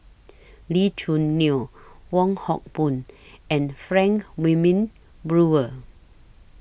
Lee Choo Neo Wong Hock Boon and Frank Wilmin Brewer